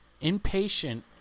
impatient